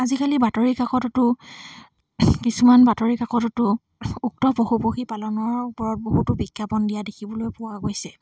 আজিকালি বাতৰি কাকততো কিছুমান বাতৰি কাকততো উক্ত পশু পক্ষী পালনৰ ওপৰত বহুতো বিজ্ঞাপন দিয়া দেখিবলৈ পোৱা গৈছে